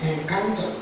encounter